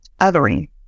othering